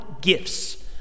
gifts